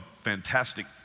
fantastic